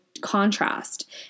contrast